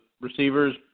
receivers